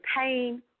pain